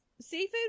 seafood